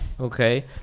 Okay